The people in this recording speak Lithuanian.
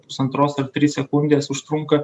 pusantros ar tris sekundes užtrunka